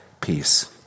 peace